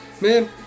Man